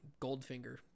goldfinger